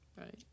Right